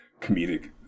comedic